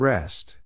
Rest